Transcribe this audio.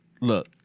Look